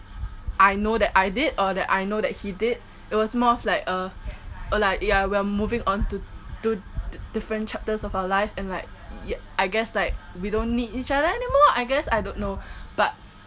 I know that I did or that I know that he did it was more of like a a like ya we're moving on to to d~ different chapters of our life and like ye~ I guess like we don't need each other anymore I guess I don't know but